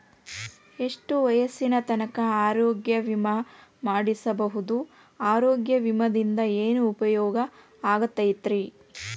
ಎಷ್ಟ ವಯಸ್ಸಿನ ತನಕ ಆರೋಗ್ಯ ವಿಮಾ ಮಾಡಸಬಹುದು ಆರೋಗ್ಯ ವಿಮಾದಿಂದ ಏನು ಉಪಯೋಗ ಆಗತೈತ್ರಿ?